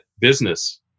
business